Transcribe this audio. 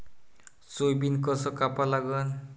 Soybean कस कापा लागन?